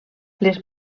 les